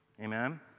Amen